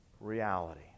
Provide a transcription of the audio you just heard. reality